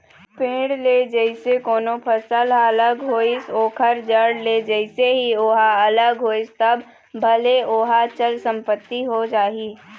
पेड़ ले जइसे कोनो फसल ह अलग होइस ओखर जड़ ले जइसे ही ओहा अलग होइस तब भले ओहा चल संपत्ति हो जाही